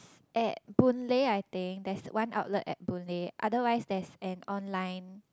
at Boon-Lay I think there's one outlet at Boon-Lay otherwise there is an online